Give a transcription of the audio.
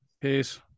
Peace